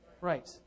Right